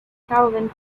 calvin